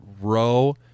row